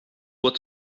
what